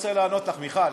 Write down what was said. רוצה לענות לך, מיכל.